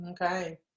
Okay